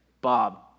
Bob